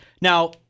now